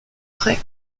prêts